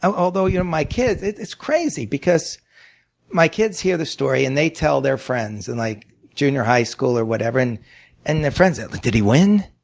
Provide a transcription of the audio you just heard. and although you know my kids, it's crazy because my kids hear the story and they tell their friends in and like junior high school or whatever and and their friends are like, did he win?